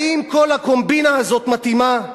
האם כל הקומבינה הזאת מתאימה?